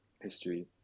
history